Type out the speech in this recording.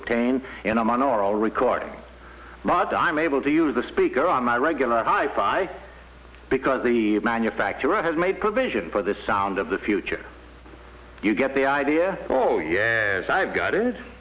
obtain and i'm on our recording my dime able to use the speaker on my regular hi fi because the manufacturer has made provision for the sound of the future you get the idea oh yeah as i've got it